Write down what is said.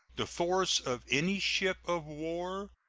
the force of any ship of war,